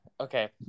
okay